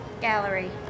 Gallery